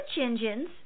engines